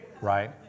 Right